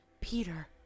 Peter